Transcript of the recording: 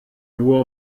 nur